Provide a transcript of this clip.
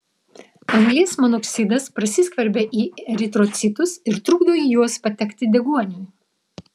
anglies monoksidas prasiskverbia į eritrocitus ir trukdo į juos patekti deguoniui